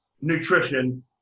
nutrition